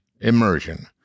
immersion